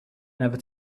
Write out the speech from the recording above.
never